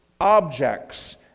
objects